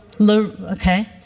okay